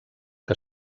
que